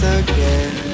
again